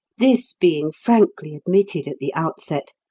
this being frankly admitted at the outset,